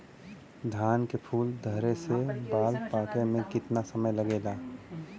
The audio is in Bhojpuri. धान के फूल धरे से बाल पाके में कितना समय लागेला?